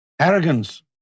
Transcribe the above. Arrogance